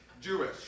Jewish